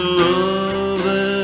love